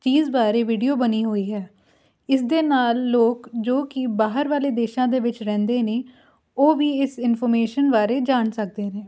ਚੀਜ਼ ਬਾਰੇ ਵੀਡੀਓ ਬਣੀ ਹੋਈ ਹੈ ਇਸ ਦੇ ਨਾਲ ਲੋਕ ਜੋ ਕਿ ਬਾਹਰ ਵਾਲੇ ਦੇਸ਼ਾਂ ਦੇ ਵਿੱਚ ਰਹਿੰਦੇ ਨੇ ਉਹ ਵੀ ਇਸ ਇਨਫੋਰਮੇਸ਼ਨ ਬਾਰੇ ਜਾਣ ਸਕਦੇ ਨੇ